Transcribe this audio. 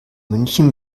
münchen